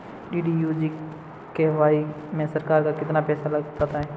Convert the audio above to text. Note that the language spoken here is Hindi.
डी.डी.यू जी.के.वाई में सरकार का कितना पैसा लग जाता है?